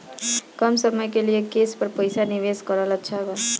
कम समय के लिए केस पर पईसा निवेश करल अच्छा बा?